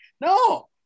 No